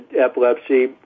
epilepsy